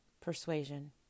persuasion